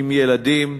עם ילדים,